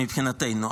מבחינתנו.